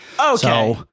Okay